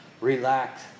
Relax